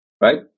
right